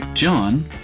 John